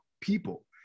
people